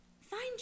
Find